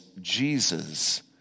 Jesus